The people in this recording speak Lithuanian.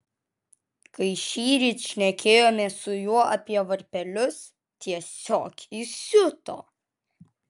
kai šįryt šnekėjomės su juo apie varpelius tiesiog įsiuto